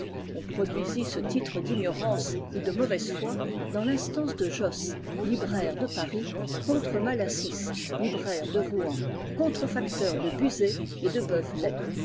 on produisit ce titre d'ignorance ou de mauvaise foi dans l'instance de josse libraire de paris contre malassis libraire de rouen contrefacteur du busée et du